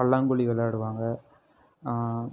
பல்லாங்குழி விளாடுவாங்க